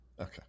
Okay